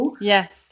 yes